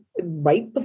right